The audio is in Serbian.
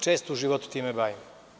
Često se u životu time bavim.